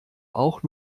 auch